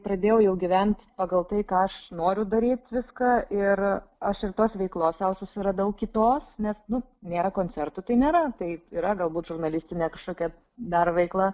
pradėjau jau gyvent pagal tai ką aš noriu daryt viską ir aš ir tos veiklos sau susiradau kitos nes nu nėra koncertų tai nėra taip yra galbūt žurnalistinė kažkokia dar veikla